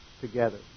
together